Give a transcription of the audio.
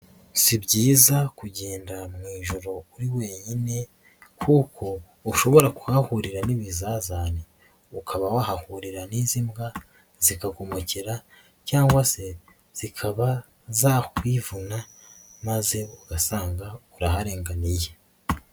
Si byiza kugenda mu ijoro uri wenyine kuko ushobora kuhahurira n'ibizazane, ukaba wahahurira n'izi mbwa zikakumokera cyangwa se zikaba zakwivuna maze ugasanga uraharenganiye.